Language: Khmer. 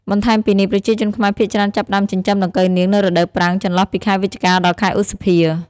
បន្ថែមពីនេះប្រជាជនខ្មែរភាគច្រើនចាប់ផ្តើមចិញ្ចឹមដង្កូវនាង នៅរដូវប្រាំង ចន្លោះពីខែវិច្ឆិកា ដល់ ខែឧសភា។